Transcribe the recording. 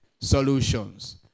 Solutions